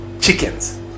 chickens